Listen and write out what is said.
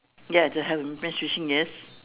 ya they have a man fishing yes